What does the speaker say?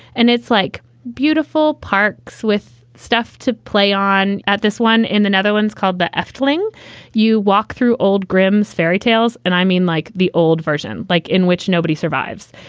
and it's like beautiful parks with stuff to play on. at this one in the netherlands called the eff, telling you walk through old grimm's fairy tales and i mean like the old version like in which nobody survives.